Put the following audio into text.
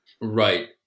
Right